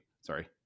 Sorry